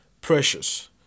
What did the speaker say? precious